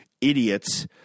idiots